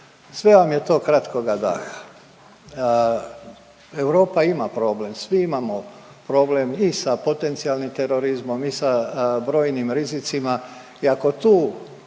sve vam je to kratkoga daha. Europa ima problem, svi imamo problem i sa potencijalnim terorizmom i sa brojnim rizicima i ako tu